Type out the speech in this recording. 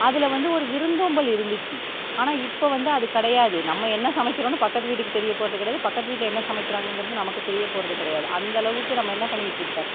அதில் வந்து ஒரு விருந்தோம்பல் இருந்துச்சு ஆனால் இப்போ வந்து அது கிடையாது நம்ம என்ன சமைக்கிறோம்னு பக்கத்து வீட்டுக்கு தெரியப் போகிறது கிடையாது பக்கத்து வீட்டில் என்ன சமைக்கிறாங்கங்கிறது நமக்கு தெரியப் போகிறது கிடையாது அந்த அளவுக்கு நம்ம என்ன பண்ணிட்டுருக்கோம்